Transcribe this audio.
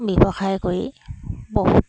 ব্যৱসায় কৰি বহুত